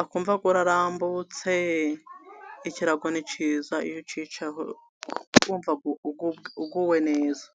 akumva urarambutse. Ikirago ni cyiza, iyo ucyicayeho wumva uguwe neza.